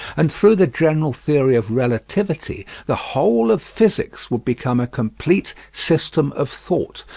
and, through the general theory of relativity, the whole of physics would become a complete system of thought,